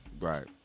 Right